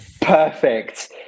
perfect